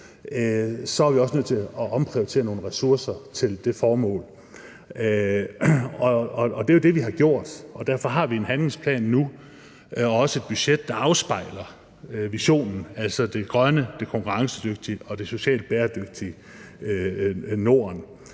er vi også nødt til at omprioritere nogle ressourcer til det formål. Det er det, vi har gjort, og derfor har vi en handlingsplan nu og et budget, der afspejler visionen, altså det grønne, det konkurrencedygtige og det socialt bæredygtige Norden,